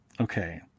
okay